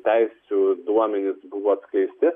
teisių duomenys buvo atskleisti